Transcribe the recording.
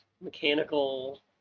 mechanical